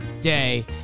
Day